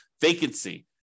vacancy